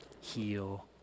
heal